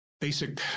basic